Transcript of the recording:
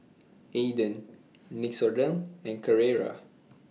Aden Nixoderm and Carrera